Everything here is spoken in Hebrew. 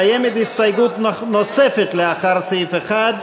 קיימת הסתייגות נוספת לאחרי סעיף 1,